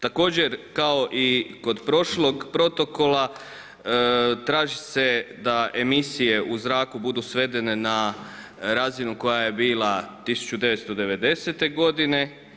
Također kao i kod prošlog Protokola traži se da emisije u zraku budu svedene na razinu koja je bila 1990. godine.